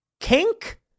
Kink